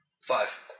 Five